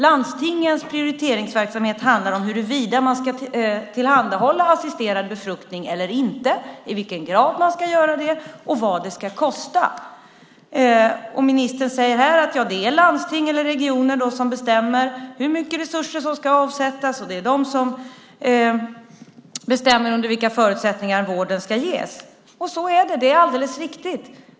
Landstingens prioriteringsverksamhet handlar om huruvida man ska tillhandahålla assisterad befruktning eller inte, i vilken grad man ska göra det och vad det ska kosta. Ministern säger här att det är landsting eller regioner som bestämmer hur mycket resurser som ska avsättas. Det är de som bestämmer under vilka förutsättningar vården ska ges. Så är det. Det är alldeles riktigt.